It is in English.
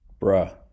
Bruh